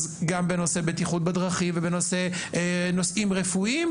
גם בנושא בטיחות בדרכים וגם בנושאים רפואיים,